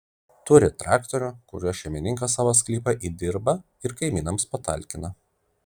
turi traktorių kuriuo šeimininkas savo sklypą įdirba ir kaimynams patalkina